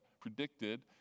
predicted